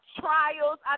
trials